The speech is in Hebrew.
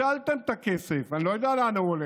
ביטלתם את הכסף, אני לא יודע לאן הוא הולך.